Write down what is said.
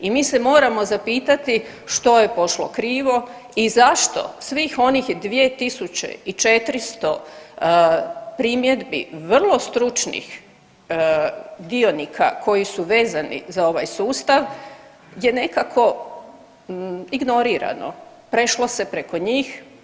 I mi se moramo zapitati što je pošlo krivo i zašto svih onih 2400 primjedbi vrlo stručnih dionika koji su vezani za ovaj sustav je nekako ignorirano, prešlo se preko njih.